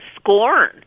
scorn